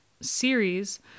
series